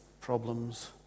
problems